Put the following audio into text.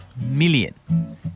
million